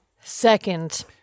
Second